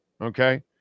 okay